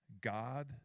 God